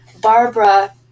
Barbara